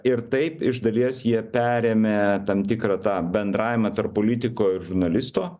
ir taip iš dalies jie perėmė tam tikrą tą bendravimą tarp politiko ir žurnalisto